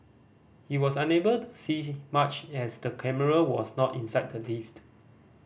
he was unable to see much as the camera was not inside the lift